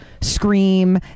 scream